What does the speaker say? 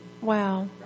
Wow